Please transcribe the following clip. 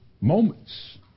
moments